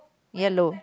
yellow